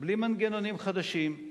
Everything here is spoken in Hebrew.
בלי מנגנונים חדשים,